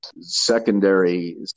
secondary